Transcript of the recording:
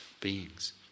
beings